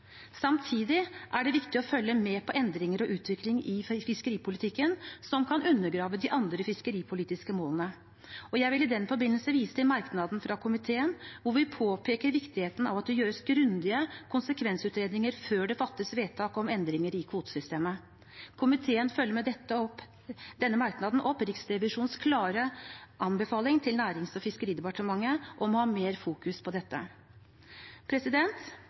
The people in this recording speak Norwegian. Samtidig er det viktig å følge med på endringer og utvikling i fiskeripolitikken som kan undergrave de andre fiskeripolitiske målene. Jeg vil i den forbindelse vise til merknaden fra komiteen hvor vi påpeker viktigheten av at det gjøres grundige konsekvensutredninger før det fattes vedtak om endringer i kvotesystemet. Komiteen følger med denne merknaden opp Riksrevisjonens klare anbefaling til Nærings- og fiskeridepartementet om å ha mer fokus på dette.